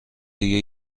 دیگه